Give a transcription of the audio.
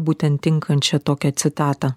būtent tinkančią tokią citatą